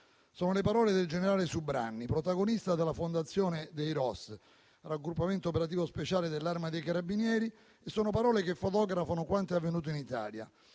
Sono le parole del generale Subranni, protagonista della fondazione dei ROS, Raggruppamento operativo speciale dell'Arma dei carabinieri. Sono parole che fotografano quanto è avvenuto in Italia: